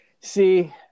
See